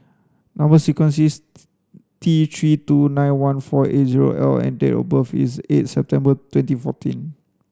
number sequence is T three two nine one four eight zero L and date of birth is eight September twenty forteen